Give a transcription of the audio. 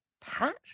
Pat